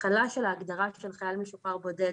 החלה של ההגדרה של חייל משוחרר בודד